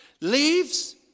Leaves